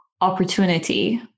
opportunity